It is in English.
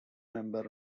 member